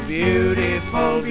beautiful